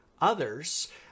others